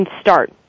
start